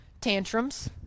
Tantrums